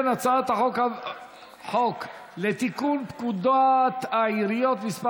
חוק לתיקון פקודות העיריות (תיקון מס'